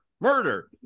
Murder